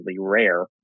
rare